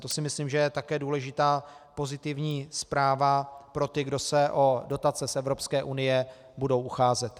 To si myslím, že je také důležitá pozitivní zpráva pro ty, kdo se o dotace z Evropské unie budou ucházet.